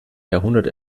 jahrhundert